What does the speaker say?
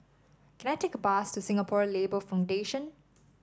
can I take a bus to Singapore Labour Foundation